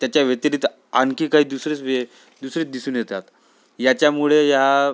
त्याच्या व्यतिरिक्त आणखी काही दुसरेच वे दुसरेच दिसून येतात याच्यामुळे या